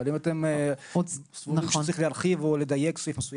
אבל אם אתם סבורים שצריך להרחיב או לדייק סעיף מסוים